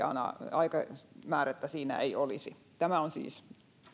aikamäärettä siinä ei olisi meillä on siis